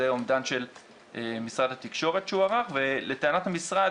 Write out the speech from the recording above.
זה אומדן של משרד התקשורת שהוא ערך ולטענת המשרד